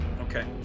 Okay